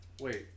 Wait